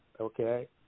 okay